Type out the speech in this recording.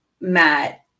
Matt